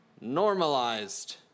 normalized